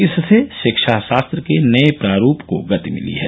इससे रिक्षाशास्त्र के नये प्रारूप को गति मिली है